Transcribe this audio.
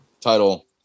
title